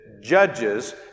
judges